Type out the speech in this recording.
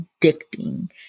addicting